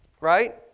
right